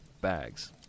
bags